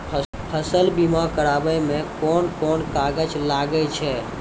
फसल बीमा कराबै मे कौन कोन कागज लागै छै?